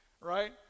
right